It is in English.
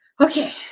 Okay